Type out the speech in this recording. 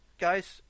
Guys